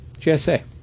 GSA